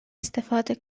استفاده